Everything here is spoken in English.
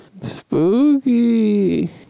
Spooky